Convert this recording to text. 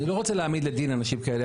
אני לא רוצה להעמיד לדין אנשים כאלה,